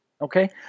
Okay